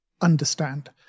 understand